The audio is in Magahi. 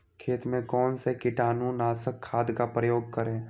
खेत में कौन से कीटाणु नाशक खाद का प्रयोग करें?